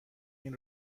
این